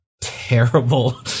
terrible